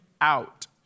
out